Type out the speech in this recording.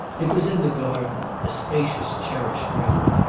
it was in the garden, a spacious cherished remnant,